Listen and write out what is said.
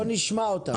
בוא נשמע אותם.